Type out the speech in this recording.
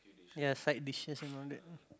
ya side dishes and all that